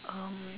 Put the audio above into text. um